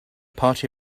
party